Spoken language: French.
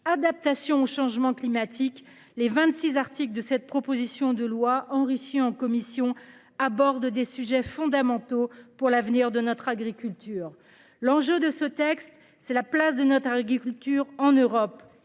adaptation au changement climatique. Les 26 articles de cette proposition de loi enrichies en commission aborde des sujets fondamentaux pour l'avenir de notre agriculture. L'enjeu de ce texte, c'est la place de notes agriculture en Europe